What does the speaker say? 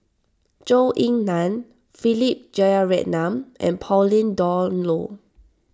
Zhou Ying Nan Philip Jeyaretnam and Pauline Dawn Loh